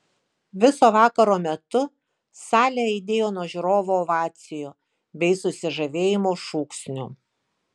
viso vakaro metu salė aidėjo nuo žiūrovų ovacijų bei susižavėjimo šūksnių